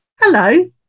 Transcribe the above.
hello